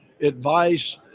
advice